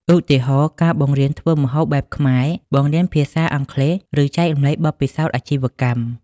ឧទាហរណ៍ ការបង្រៀនធ្វើម្ហូបបែបខ្មែរ បង្រៀនភាសាអង់គ្លេស ឬចែករំលែកបទពិសោធន៍អាជីវកម្ម។